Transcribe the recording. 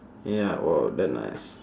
ya !wow! damn nice